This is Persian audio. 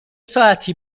ساعتی